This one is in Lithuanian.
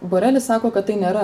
borelis sako kad tai nėra